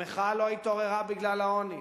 המחאה לא התעוררה בגלל העוני,